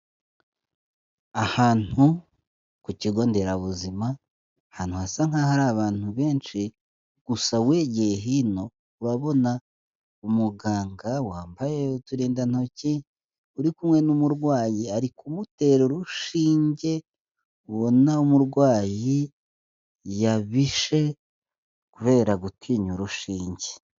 Ahantu ku kigo nderabuzima, ahantu hasa nk'aho hari abantu benshi, gusa wegeye hino urabona umuganga wambaye uturindantoki uri kumwe n'umurwayi, ari kumutera urushinge ubona umurwayi yabishe kubera gutinya urushinge.